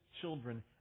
children